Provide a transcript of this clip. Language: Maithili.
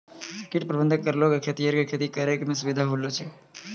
कीट प्रबंधक करलो से खेतीहर के खेती करै मे सुविधा होलो छै